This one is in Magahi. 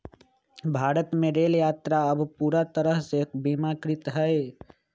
भारत में रेल यात्रा अब पूरा तरह से बीमाकृत हई